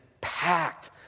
packed